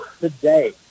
today